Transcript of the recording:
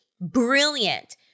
brilliant